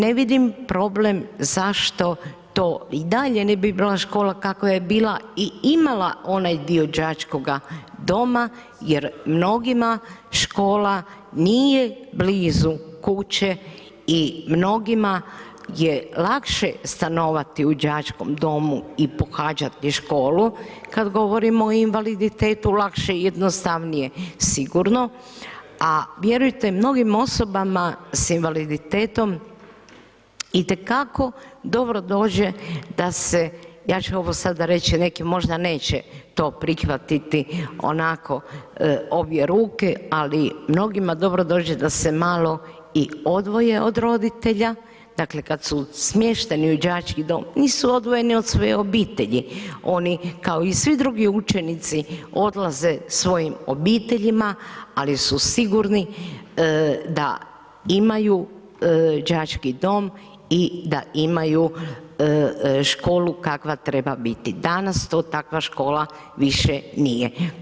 Ne vidim problem zašto to i dalje ne bi bila škola kakva je bila i imala onaj dio đačkoga doma jer mnogima škola nije blizu kuće i mnogima je lakše stanovati u đačkom domu i pohađati školu kad govorimo o invaliditetu, lakše i jednostavnije sigurno, a vjerujte, mnogim osobama s invaliditetom itekako dobro dođe da se, ja ću ovo sada reći, neki možda neće to prihvatiti onako obje ruke, ali mnogima dobro dođe da se malo i odvoje od roditelja, dakle, kad su smješteni u đački dom, nisu odvojeni od svoje obitelji, oni kao i svi drugi učenici, odlaze svojim obiteljima, ali su sigurni da imaju đački dom i da imaju školu kakva treba biti, danas to takva škola više nije.